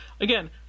again